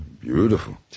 beautiful